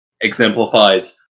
exemplifies